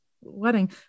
wedding